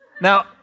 Now